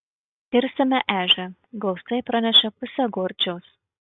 kirsime ežią glaustai pranešė pusė gorčiaus